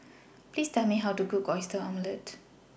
Please Tell Me How to Cook Oyster Omelette